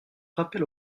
rappel